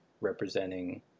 representing